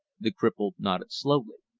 the cripple nodded slowly.